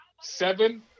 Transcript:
seven